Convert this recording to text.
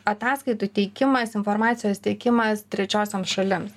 ataskaitų teikimas informacijos teikimas trečiosioms šalims